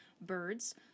birds